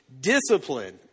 Discipline